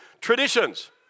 traditions